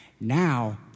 Now